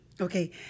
Okay